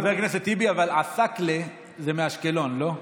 חבר הכנסת טיבי, אבל עסאקלה זה מאשקלון, לא?